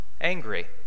angry